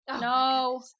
No